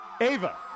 Ava